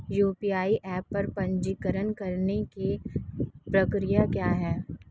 UPI app पर पंजीकरण करने की प्रक्रिया क्या है?